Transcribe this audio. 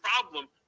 problem